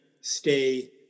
stay